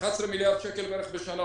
בערך 11 מיליארד שקלים בשנה,